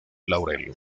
laurel